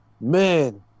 Man